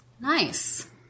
Nice